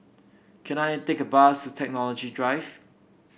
can I take a bus to Technology Drive